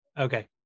okay